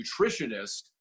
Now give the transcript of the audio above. nutritionist